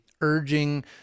urging